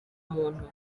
muntu